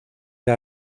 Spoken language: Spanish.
era